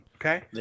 Okay